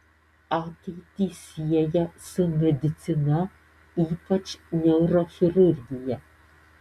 ateitį sieja su medicina ypač neurochirurgija